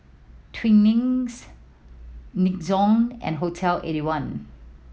Twinings Nixon and Hotel Eighty one